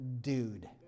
dude